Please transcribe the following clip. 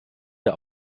der